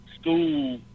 school